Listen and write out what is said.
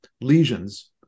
lesions